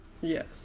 yes